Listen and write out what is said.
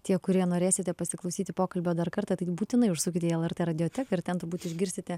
tie kurie norėsite pasiklausyti pokalbio dar kartą tai būtinai užsukite į lrt radioteką ir ten turbūt išgirsite